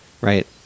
Right